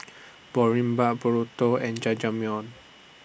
Boribap Burrito and Jajangmyeon